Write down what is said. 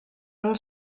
and